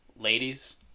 ladies